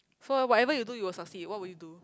so whatever you do you will succeed what would you do